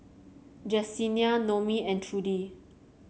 Jessenia Noemi and Trudy